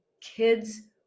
kids